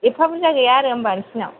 एफा बुरजा गैया आरो होनबा नोंसिनाव